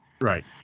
Right